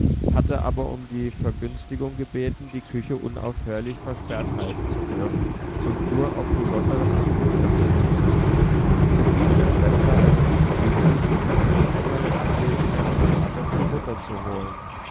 hatte aber um die vergünstigung gebeten die küche unaufhörlich versperrt halten zu dürfen und nur auf besonderen anruf öffnen zu müssen so blieb der schwester also nichts übrig als einmal in abwesenheit des vaters die mutter zu holen